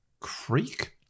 Creek